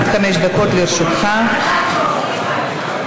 אני קובעת כי הצעת חוק בתי דין רבניים (קיום פסקי דין של גירושין)